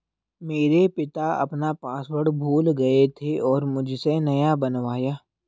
मेरे पिता अपना पासवर्ड भूल गए थे और मुझसे नया बनवाया